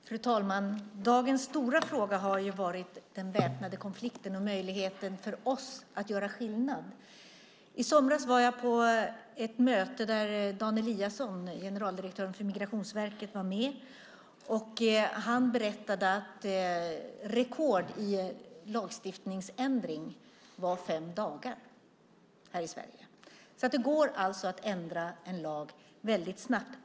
Fru talman! Dagens stora fråga har varit den väpnade konflikten och möjligheten för oss att göra skillnad. I somras var jag på ett möte där Dan Eliasson, generaldirektör för Migrationsverket, var med. Han berättade att rekordet i lagstiftningsändring här i Sverige är fem dagar. Det går alltså att ändra en lag väldigt snabbt.